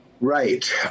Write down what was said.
Right